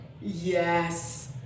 Yes